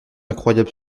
incroyable